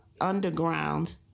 underground